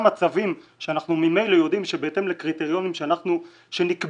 מצבים שאנחנו ממילא יודעים שבהתאם לקריטריונים שנקבעו,